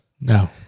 No